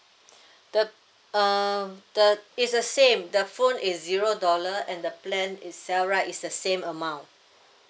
the um the is the same the phone is zero dollar and the plan itself right is the same amount